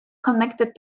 connected